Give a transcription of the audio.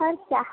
खर्चा